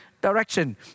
direction